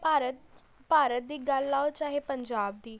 ਭਾਰਤ ਭਾਰਤ ਦੀ ਗੱਲ ਆ ਉਹ ਚਾਹੇ ਪੰਜਾਬ ਦੀ